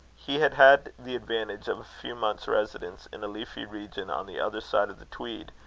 he had had the advantage of a few months' residence in a leafy region on the other side of the tweed,